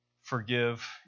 Forgive